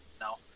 No